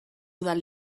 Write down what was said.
udal